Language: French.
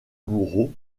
bourreaux